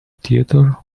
theater